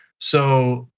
so,